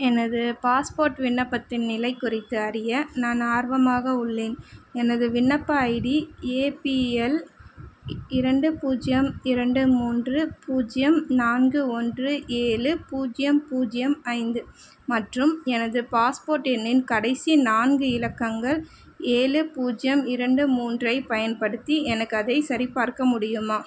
எனது பாஸ்போர்ட் விண்ணப்பத்தின் நிலை குறித்து அறிய நான் ஆர்வமாக உள்ளேன் எனது விண்ணப்ப ஐடி ஏபிஎல் இ இரண்டு பூஜ்ஜியம் இரண்டு மூன்று பூஜ்ஜியம் நான்கு ஒன்று ஏழு பூஜ்ஜியம் பூஜ்ஜியம் ஐந்து மற்றும் எனது பாஸ்போர்ட் எண்ணின் கடைசி நான்கு இலக்கங்கள் ஏழு பூஜ்ஜியம் இரண்டு மூன்றைப் பயன்படுத்தி எனக்கு அதைச் சரிபார்க்க முடியுமா